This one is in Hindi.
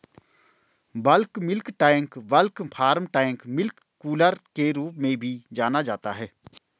bulk milk tank bulk farm tank milk cooler के रूप में भी जाना जाता है,